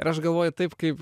ir aš galvoju taip kaip